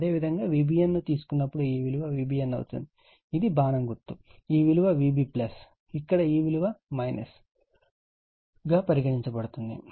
అదేవిధంగా Vbn ను తీసుకున్నప్పుడు ఈ విలువ Vbn అవుతుంది ఇది బాణం గుర్తు కాబట్టి ఈ విలువ Vb కాబట్టి ఇక్కడ ఈ విలువ గా పరిగణించబడుతుంది